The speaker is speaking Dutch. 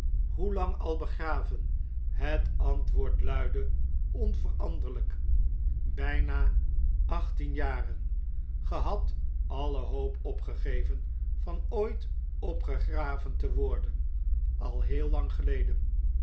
spook hoelang al begraven het antwoord luidde onveranderln'k bijna achttien jaren ge hadt alle hoop opgegeven van ooit opgegraven te worden al heel lang geleden